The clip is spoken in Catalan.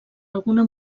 alguna